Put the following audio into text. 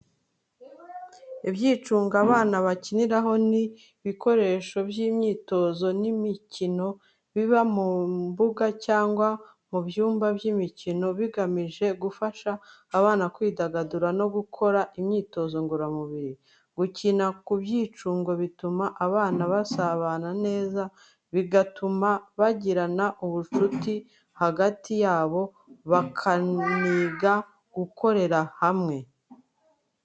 Ibyicungo abana bakiniraho ni ibikoresho by'imyitozo n'imikino biba mu mbuga cyangwa mu byumba by'imikino, bigamije gufasha abana kwidagadura no gukora imyitozo ngororamubiri. Gukina ku byicungo bituma abana basabana neza, bigatuma bagirana ubucuti hagati yabo, bakaniga gukorera hamwe.